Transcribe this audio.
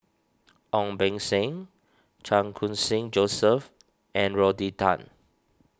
Ong Beng Seng Chan Khun Sing Joseph and Rodney Tan